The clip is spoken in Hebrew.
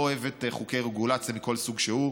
לא אוהבת חוקי רגולציה מכל סוג שהוא.